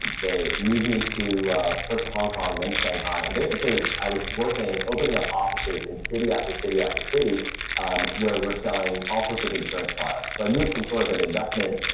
they moved me to first hong kong then shanghai. and basically, i was working opening up offices in city after city after city um where we're selling all sorts of insurance products. so, i moved from sort of an investment